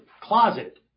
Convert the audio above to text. closet